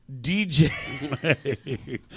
dj